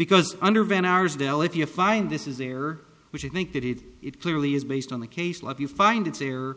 arsdale if you find this is error which i think that it it clearly is based on the case love you find it's there